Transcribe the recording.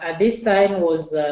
and this time was